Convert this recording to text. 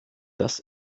das